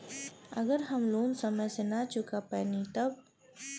अगर हम लोन समय से ना चुका पैनी तब?